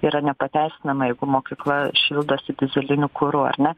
yra nepateisinama jeigu mokykla šildosi dyzeliniu kuru ar ne